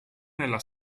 nella